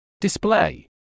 display